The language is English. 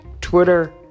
Twitter